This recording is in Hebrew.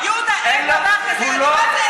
אין דבר כזה, יהודה.